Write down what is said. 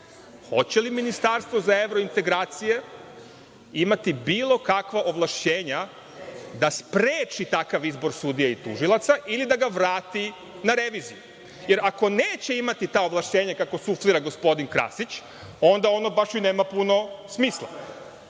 hoće li ministarstvo za evrointegracije imati bilo kakva ovlašćenja da spreči takav izbor sudija i tužilaca, ili da ga vrati na reviziju, jer ako neće imati ta ovlašćenja, kako suflira gospodin Krasić, onda ono baš i nema puno smisla.